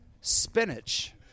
spinach